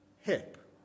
hip